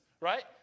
right